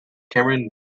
cameron